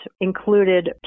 included